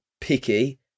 picky